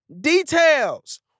Details